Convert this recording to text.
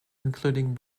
including